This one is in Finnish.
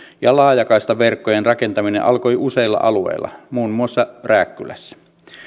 ja laajakaistaverkkojen rakentaminen alkoi useilla alueilla muun muassa rääkkylässä